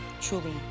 truly